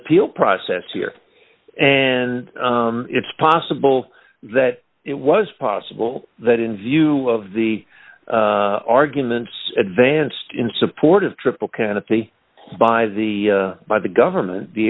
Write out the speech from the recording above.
appeal process here and it's possible that it was possible that in view of the arguments advanced in support of triple canopy by the by the government the